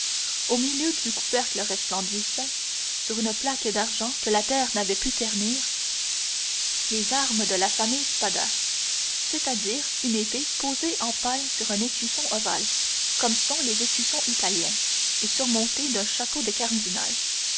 au milieu du couvercle resplendissaient sur une plaque d'argent que la terre n'avait pu ternir les armes de la famille spada c'est-à-dire une épée posée en pal sur un écusson ovale comme sont les écussons italiens et surmonté d'un chapeau de cardinal